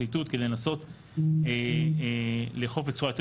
פרקליטות כדי לנסות לאכוף בצורה יותר